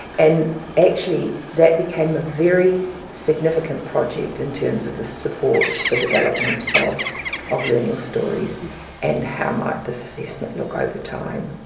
and actually that became a very significant project in terms of the support for development of of learning stories and how might this assessment look over time.